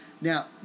Now